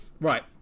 right